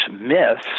myths